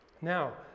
Now